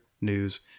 news